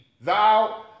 thou